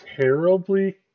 terribly